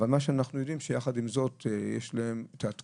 אבל מה שאנחנו יודעים זה שיחד עם זאת יש את התקומה,